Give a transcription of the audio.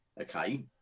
Okay